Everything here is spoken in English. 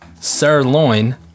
Sirloin